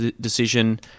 decision